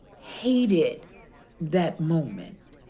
hated that moment.